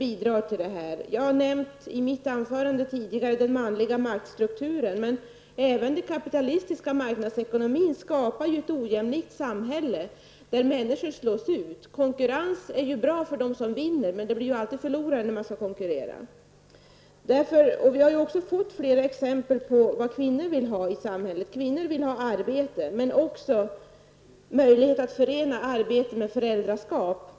I mitt huvudanförande nämnde jag den manliga maktstrukturen, men även den kapitalistiska marknadsekonomin bidrar till att skapa ett ojämlikt samhälle, där människor slås ut; konkurrens är ju bra för dem som vinner, men det blir ju alltid en del som förlorar när man skall konkurrera. Vi har fått flera exempel på vad kvinnor vill ha i samhället. Kvinnor vill ha arbete men också möjlighet att förena arbete med föräldraskap.